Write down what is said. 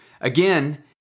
Again